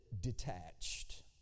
detached